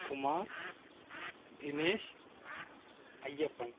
Kumar Dinesh Ayyappan